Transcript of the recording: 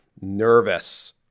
nervous